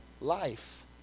life